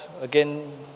again